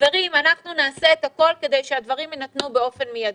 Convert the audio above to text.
שאנחנו נעשה את הכול כדי שהדברים יינתנו באופן מיידי.